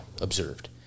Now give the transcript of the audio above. observed